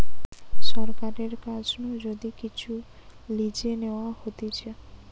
সরকারের কাছ নু যদি কিচু লিজে নেওয়া হতিছে